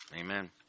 Amen